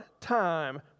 time